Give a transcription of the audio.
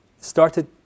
started